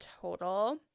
total